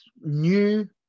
new